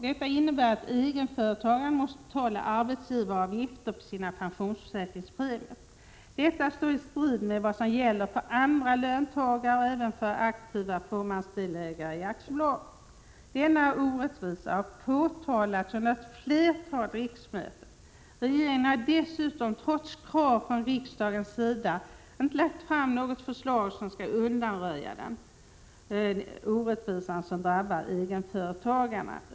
Detta innebär att egenföretagaren måste betala arbetsgivareavgifter på sina pensionsförsäkringspremier. Detta står i strid med vad som gäller för andra löntagare och även för aktiva fåmansdelägare i aktiebolag. Denna orättvisa har påtalats under ett flertal riksmöten. Regeringen har dessutom trots krav från riksdagens sida inte lagt fram något förslag som skall undanröja den orättvisa som drabbar egenföretagarna.